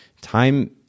Time